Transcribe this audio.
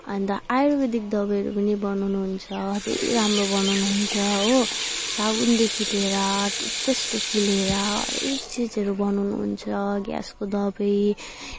अन्त आयुर्वेदिक दबाईहरू पनि बनाउनुहुन्छ धेरै राम्रो बनाउनुहुन्छ हो साबुनदेखि लिएर तुथपेस्टदेखि लिएर हरेक चिजहरू बनाउनुहुन्छ ग्यासको दबाई